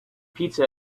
pizza